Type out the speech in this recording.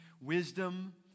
Wisdom